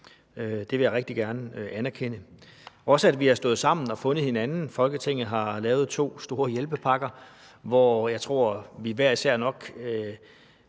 Det vil jeg rigtig gerne anerkende – og også, at vi har stået sammen og fundet hinanden. Folketinget har lavet to store hjælpepakker, hvor jeg tror at vi alle hver især nok